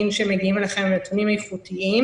שמגיעים אליכם הם נתונים איכותיים.